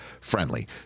friendly